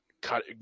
cut